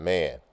Man